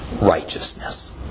righteousness